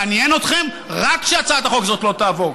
מעניין אתכם רק שהצעת החוק הזאת לא תעבור,